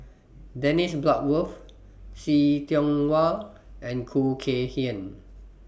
Dennis Bloodworth See Tiong Wah and Khoo Kay Hian